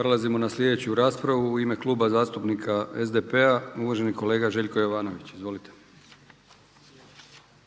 Prelazimo na sljedeću raspravu u ime Kluba zastupnika SDP-a uvaženi kolega Željko Jovanović. Izvolite.